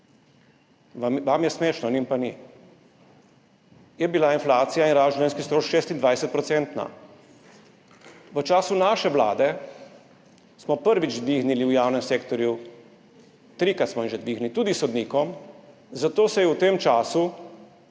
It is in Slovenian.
vam je smešno, njim pa ni – inflacija in rast življenjskih stroškov 26-procentna. V času naše vlade smo prvič dvignili v javnem sektorju, trikrat smo jo že dvignili, tudi sodnikom, zato so se v tem času,